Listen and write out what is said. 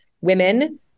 women